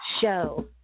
show